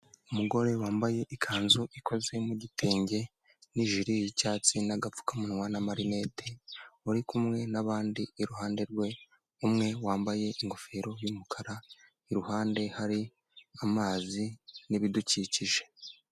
Umugore wambaye ikanzu ikoze nk'igitenge n'ijire y'icyatsi n'agapfukamunwa n'amarineti, uri kumwe n'abandi iruhande rwe, umwe wambaye ingofero y'umukara, iruhande hari amazi n'ibidukikije.